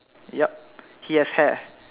yup he has hair